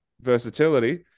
versatility